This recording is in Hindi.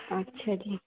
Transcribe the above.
अच्छा जी